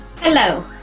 hello